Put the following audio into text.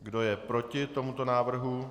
Kdo je proti tomuto návrhu?